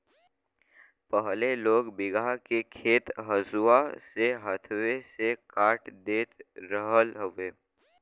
पहिले लोग बीघहा के खेत हंसुआ से हाथवे से काट देत रहल हवे